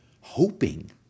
Hoping